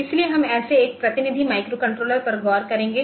इसलिए हम ऐसे एक प्रतिनिधि माइक्रोकंट्रोलर्स पर गौर करेंगे